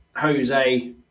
Jose